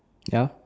ya